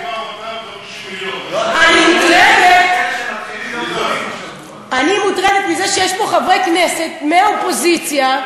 אני מוטרדת מזה שיש פה חברי כנסת מהאופוזיציה,